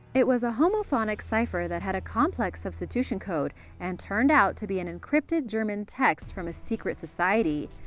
it was a homophonic cipher that had a complex substitution code and turned out to be an encrypted german text from a secret society.